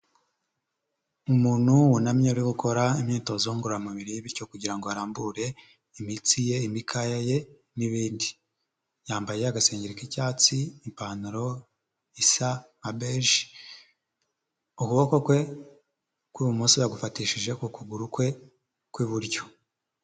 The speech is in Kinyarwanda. Umuntu wunamye ari gukora imyitozo ngororamubiri bityo kugira ngo arambure imitsi ye, imikaya ye n'ibindi. Yambaye agasengeri k'icyatsi, ipantaro isa nka beje, ukuboko kwe kw'ibumoso yagufatishije ku kuguru kwe kw'iburyo.